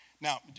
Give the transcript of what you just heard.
now